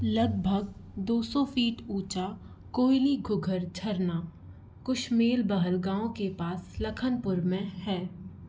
लगभग दो सौ फीट ऊँचा कोईलीघुघर झरना कुशमेलबहल गाँव के पास लखनपुर में है